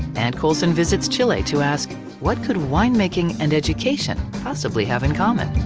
and coulson visits chile to ask what could winemaking and education possibly have in common?